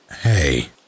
Hey